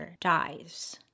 dies